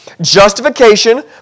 Justification